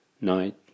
Night